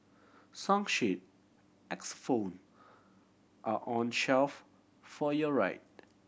song sheet X phone are on shelf for your right